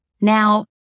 Now